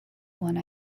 one